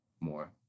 more